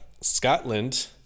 Scotland